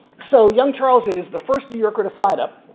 so young charles is the first new yorker to sign up.